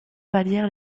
vallières